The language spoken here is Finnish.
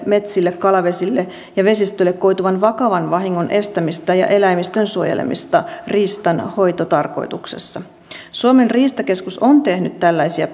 metsille kalavesille ja vesistöille koituvan vakavan vahingon estämistä ja eläimistön suojelemista riistan hoitotarkoituksessa suomen riistakeskus on tehnyt tällaisia